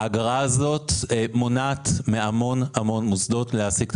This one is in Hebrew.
האגרה הזו מונעת מהמון מוסדות להעסיק את